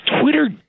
Twitter